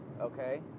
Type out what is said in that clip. Okay